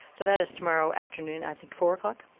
so that is tomorrow afternoon, i think four